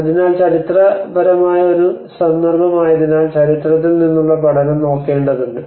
അതിനാൽ ചരിത്രപരമായ ഒരു സന്ദർഭമായതിനാൽ ചരിത്രത്തിൽ നിന്നുള്ള പഠനം നോക്കേണ്ടതുണ്ട്